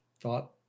thought